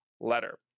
letter